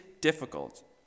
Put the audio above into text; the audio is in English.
difficult